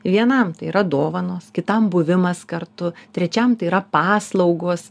vienam tai yra dovanos kitam buvimas kartu trečiam tai yra paslaugos